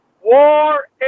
war